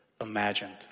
imagined